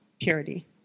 purity